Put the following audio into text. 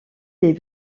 les